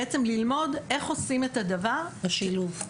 בעצם ללמוד איך עושים את הדבר בשילוב,